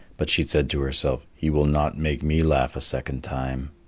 but she said to herself, he will not make me laugh a second time.